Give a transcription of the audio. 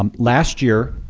um last year,